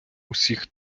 усіх